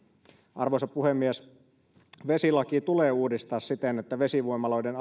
arvoisa puhemies vesilaki tulee uudistaa siten että vesivoimaloiden